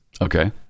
Okay